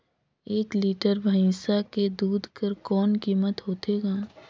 एक लीटर भैंसा के दूध कर कौन कीमत होथे ग?